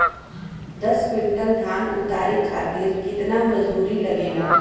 दस क्विंटल धान उतारे खातिर कितना मजदूरी लगे ला?